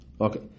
Okay